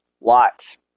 lots